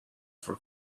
for